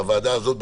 בוועדה הזאת,